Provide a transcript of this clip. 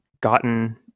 gotten